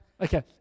Okay